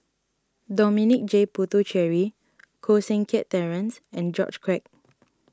Dominic J Puthucheary Koh Seng Kiat Terence and George Quek